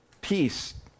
Peace